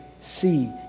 see